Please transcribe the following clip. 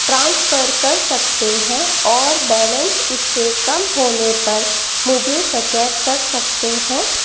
transfer कर सकते हैं और बैलेंस इससे कम होने पर मुझे सचेत कर सकते हैं